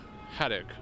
headache